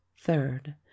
third